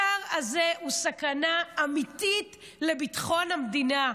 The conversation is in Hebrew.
השר הזה הוא סכנה אמיתית לביטחון המדינה,